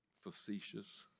facetious